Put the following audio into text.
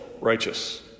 righteous